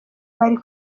bari